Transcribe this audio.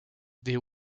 des